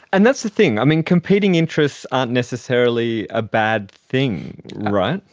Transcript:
and that's the thing. i mean, competing interests aren't necessarily a bad thing, right?